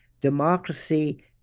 Democracy